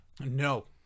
No